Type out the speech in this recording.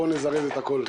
בוא נזרז את הכול.